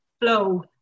flow